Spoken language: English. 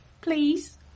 please